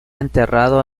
enterrado